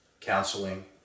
Counseling